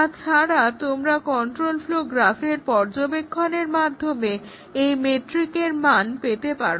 তাছাড়া তোমরা control flow গ্রাফের পর্যবেক্ষণের মাধ্যমে এই মেট্রিকের মান পেতে পারো